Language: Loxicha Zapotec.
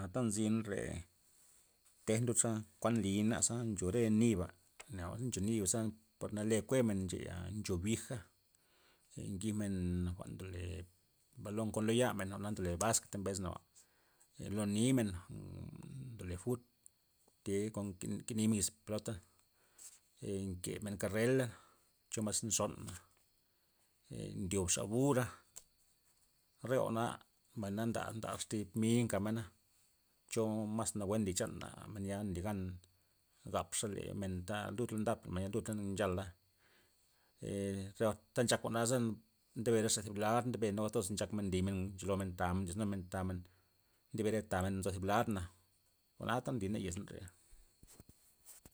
Jwa'n ta nzina ree' tejna ludxa kuan nlina' za ncho re niba', ne'o ncho ni' baza par nale kue'men nche'a, ncho bija', nn- ngijmen jwa'n ndole balon kon lo yamen jwa'na ndole basket besnaba, jwa'n lo nimen jwa'n ndole fut thi kon ken- kenimen yiz pelota' ee nkemen ka'rela chomas naxol ndyobxa bura' re jwa'na mbay na nda ndax thi mi' nkamena' cho mas nawue nly chana men ya nly gan gapxa le' men ta' lud nda pu ludla' nda men chala' re jwa'n ta nchak naze ndebe rexa thib lad nawue toz nchakmen nlymen ncholome tamen, ndodis numen tamen, ndobere tamen nzo zi bland na jwa'na ta nlina yezna re'a.